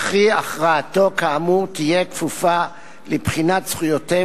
וכי הכרעתו כאמור תהיה כפופה לבחינת זכויותיהם